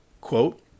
quote